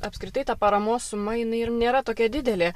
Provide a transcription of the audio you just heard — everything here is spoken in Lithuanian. apskritai ta paramos suma jinai ir nėra tokia didelė